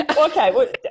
Okay